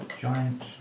Giant